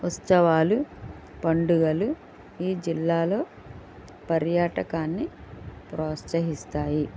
ఉత్సవాలు పండుగలు ఈ జిల్లాలో పర్యటకాన్ని ప్రోత్సహిస్తాయి